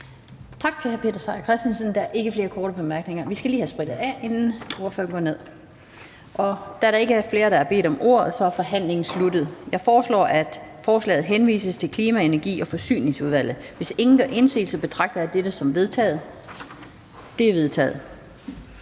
Tak til hr. Peter Seier Christensen. Der er ikke flere korte bemærkninger. Vi skal lige have sprittet af, inden ordføreren går ned. Da der ikke er flere, der har bedt om ordet, er forhandlingen sluttet. Jeg foreslår, at forslaget til folketingsbeslutning henvises til Klima-, Energi- og Forsyningsudvalget. Hvis ingen gør indsigelse, betragter jeg dette som vedtaget. Det er vedtaget.